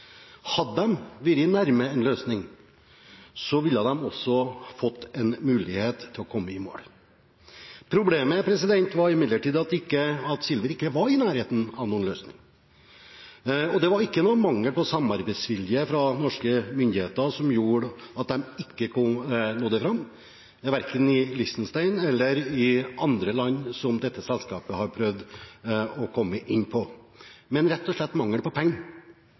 Hadde de vært nær en løsning, ville de også fått en mulighet til å komme i mål. Problemet var imidlertid at Silver ikke var i nærheten av noen løsning. Det var ikke mangel på samarbeidsvilje fra norske myndigheter som gjorde at de ikke nådde fram, verken i Liechtenstein eller i andre land som dette selskapet har prøvd å komme inn i, men rett og slett mangel på penger.